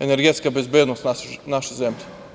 energetska bezbednost naše zemlje.